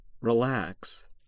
Relax